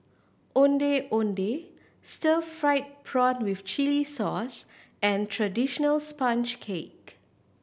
Ondeh Ondeh stir fried prawn with chili sauce and traditional sponge cake